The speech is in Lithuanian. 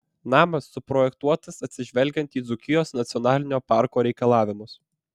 namas suprojektuotas atsižvelgiant į dzūkijos nacionalinio parko reikalavimus